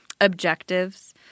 Objectives